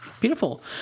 Beautiful